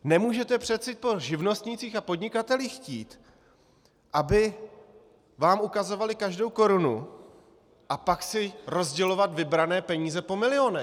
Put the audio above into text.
Nemůžete přece po živnostnících a podnikatelích chtít, aby vám ukazovali každou korunu, a pak si rozdělovat vybrané peníze po milionech.